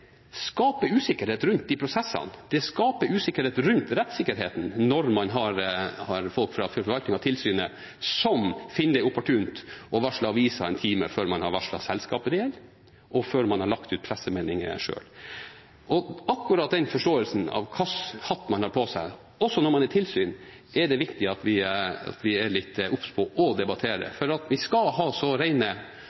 skaper usikkerhet rundt de prosessene. Og det skaper usikkerhet rundt rettssikkerheten når folk fra forvaltningen og tilsynet finner det opportunt å varsle avisen en time før man varsler selskapet det gjelder, og før man legger ut pressemeldingen selv. Akkurat forståelsen av hvilken hatt man har på seg, også når man er tilsyn, er det viktig at vi er litt obs på og